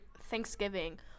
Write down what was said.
Thanksgiving